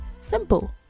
Simple